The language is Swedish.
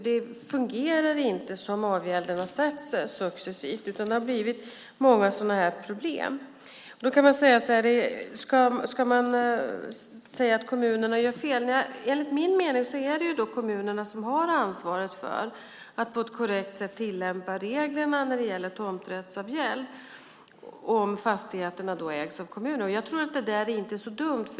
Det fungerar inte som avgälden har satts successivt. Det har blivit många sådana här problem. Ska man säga att kommunerna gör fel? Enligt min mening är det kommunerna som har ansvaret för att på ett korrekt sätt tillämpa reglerna när det gäller tomträttsavgäld om fastigheterna ägs av kommunen. Jag tror inte att det är så dumt.